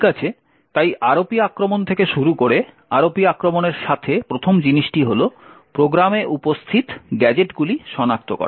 ঠিক আছে তাই ROP আক্রমণ থেকে শুরু করে ROP আক্রমণের সাথে প্রথম জিনিসটি হল প্রোগ্রামে উপস্থিত গ্যাজেটগুলি সনাক্ত করা